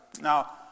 Now